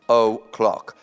o'clock